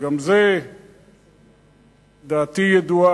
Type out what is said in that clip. וגם על זה דעתי ידועה,